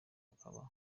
akaba